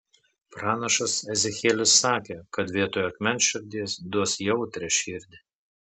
pranašas ezechielis sakė kad vietoj akmens širdies duos jautrią širdį